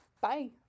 Bye